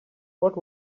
what